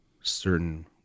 certain